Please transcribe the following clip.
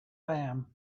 lamb